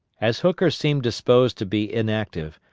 as hooker seemed disposed to be inactive,